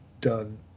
done